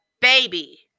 baby